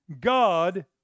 God